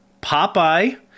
popeye